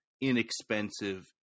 inexpensive